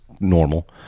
normal